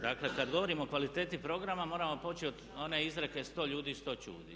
Dakle kada govorimo o kvaliteti programa moramo poći od one izreke 100 ljudi, 100 čudi.